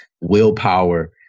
willpower